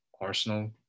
Arsenal